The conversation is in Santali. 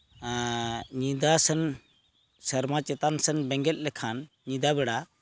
ᱧᱤᱫᱟᱹ ᱥᱮᱱ ᱥᱮᱨᱢᱟ ᱪᱮᱛᱟᱱ ᱥᱮᱱ ᱵᱮᱸᱜᱮᱫ ᱞᱮᱠᱷᱟᱱ ᱧᱤᱫᱟᱹ ᱵᱮᱲᱟ